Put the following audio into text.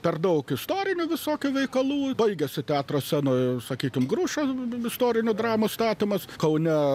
per daug istorinių visokių veikalų baigiasi teatro scenoj sakykim grušas istorinių dramų statomas kaune